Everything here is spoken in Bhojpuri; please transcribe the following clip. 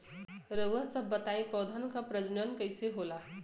रउआ सभ बताई पौधन क प्रजनन कईसे होला?